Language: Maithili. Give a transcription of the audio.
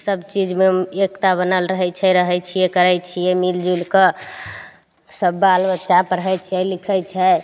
सबचीजमे एकता बनल रहय छै रहय छियै करय छियै मिल जुलिकऽ सब बाल बच्चा पढ़य छै लिखय छै